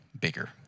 Bigger